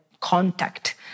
contact